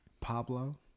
Pablo